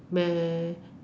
where